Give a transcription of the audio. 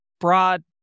broad